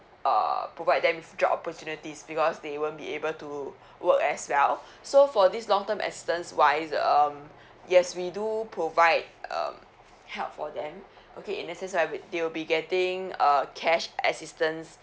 uh provide them job opportunities because they won't be able to work as well so for this long term assistance wise um yes we do provide um help for them okay in a sense that they'll be getting uh cash assistance